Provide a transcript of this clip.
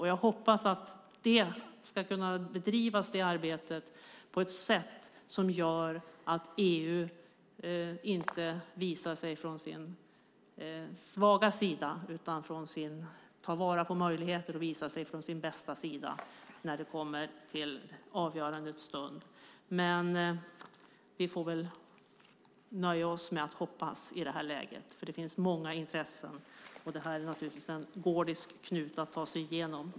Jag hoppas att arbetet kommer att bedrivas så att EU inte visar sig från sin svaga sida utan kan ta till vara möjligheter och visa sig från sin bästa sida när avgörandets stund kommer. Vi får nöja oss med att hoppas i det här läget. Det finns många intressen. Det här är en gordisk knut.